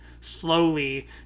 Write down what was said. slowly